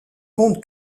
compte